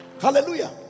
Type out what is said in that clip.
hallelujah